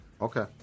Okay